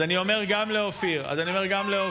אז אני אומר גם לאופיר, אז אני אומר גם לאופיר.